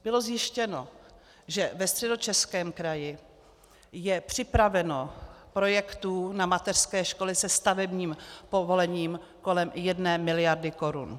Bylo zjištěno, že ve Středočeském kraji je připraveno projektů na mateřské školy se stavebním povolením kolem 1 mld. Kč.